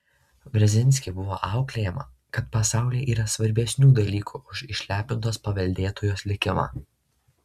brzezinski buvo auklėjama kad pasaulyje yra svarbesnių dalykų už išlepintos paveldėtojos likimą